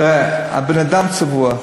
הבן-אדם צבוע.